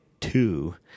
Two